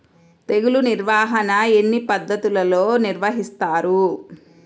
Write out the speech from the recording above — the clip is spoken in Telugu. తెగులు నిర్వాహణ ఎన్ని పద్ధతులలో నిర్వహిస్తారు?